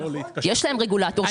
יש לה רגולטור.